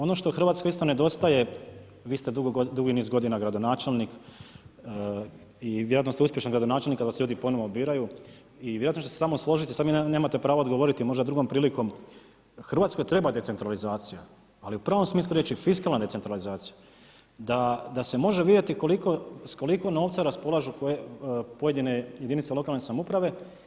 Ono što Hrvatskoj isto nedostaje, vi ste dugi niz godina gradonačelnik i vjerojatno ste uspješan gradonačelnik kad vas ljudi ponovo biraju i vjerojatno ćemo se samo složiti, sad mi nemate pravo odgovoriti, možda drugom prilikom, Hrvatskoj treba decentralizacija, ali u pravom smislu riječi, fiskalna decentralizacija da se može vidjeti s koliko novca raspolažu pojedine jedinice lokalne samouprave.